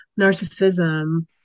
narcissism